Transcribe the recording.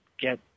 get